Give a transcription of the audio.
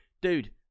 Dude